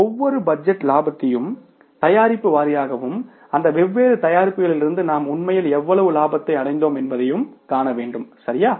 ஒவ்வொரு பட்ஜெட் இலாபத்தையும் தயாரிப்பு வாரியாகவும் அந்த வெவ்வேறு தயாரிப்புகளிலிருந்து நாம் உண்மையில் எவ்வளவு லாபத்தை அடைந்தோம் என்பதையும் காணவேண்டும்சரியா